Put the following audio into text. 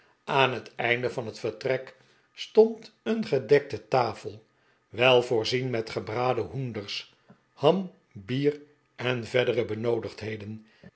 aan het einde van het vertrek stond een gedekte tafel wel voorzien met gebraden hoenders ham bier en verdere benoodigdheden